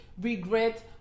regret